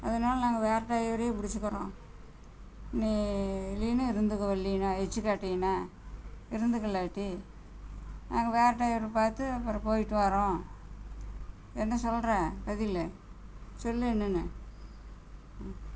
அதனால நாங்கள் வேறு டிரைவரையே பிடிச்சிக்கறோம் நீ இல்லைன்னா இருந்துக்கோ வர்லைனா எச்சு கேட்டினால் இருந்துக்கோ இல்லாட்டி நாங்கள் வேறு டிரைவரை பார்த்து அப்புறம் போய்விட்டு வரோம் என்ன சொல்கிற பதில் சொல் என்னென்று ம்